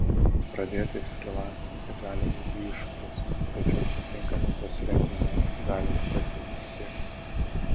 pradėti frylancinti gali būti iššūkis tačiau su tinkamu pasirengimu galima pasiekti sėkmę